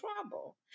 trouble